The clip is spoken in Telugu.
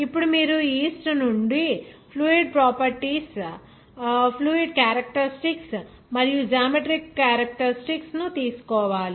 ఇప్పుడు మీరు ఈస్ట్ నుండి fluid properties flow characteristics మరియు జామెట్రిక్ క్యారెక్టర్ స్టిక్స్ ను తీసుకోవాలి